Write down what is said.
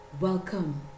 welcome